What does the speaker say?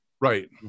Right